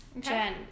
Jen